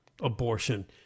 abortion